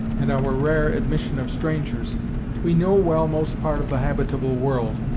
and our rare admission of strangers we know well most part of the habitable world,